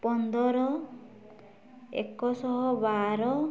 ପନ୍ଦର ଏକଶହ ବାର